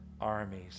armies